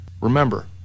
Remember